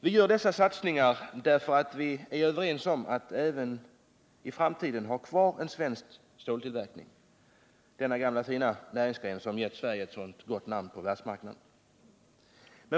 Vi gör dessa satsningar därför att vi är överens om att även i framtiden ha kvar en svensk ståltillverkning, denna gamla fina näringsgren som gett Sverige ett så gott namn på världsmarknaden.